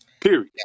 Period